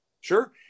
Sure